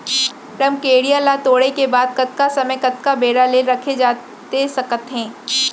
रमकेरिया ला तोड़े के बाद कतका समय कतका बेरा ले रखे जाथे सकत हे?